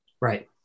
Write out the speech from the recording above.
Right